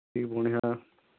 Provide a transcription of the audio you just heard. ଠିକ୍ ବଢ଼ିଆଁ